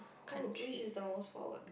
who which is the most forward